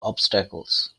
obstacles